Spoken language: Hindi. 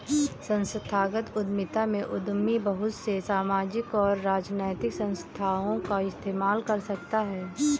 संस्थागत उद्यमिता में उद्यमी बहुत से सामाजिक और राजनैतिक संस्थाओं का इस्तेमाल कर सकता है